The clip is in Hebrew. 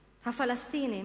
הפלסטינים,